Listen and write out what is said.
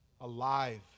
alive